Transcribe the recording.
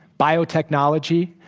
biotechnology.